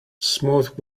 smooth